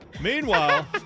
Meanwhile